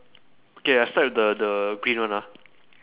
okay I start with the the green one ah